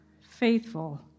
faithful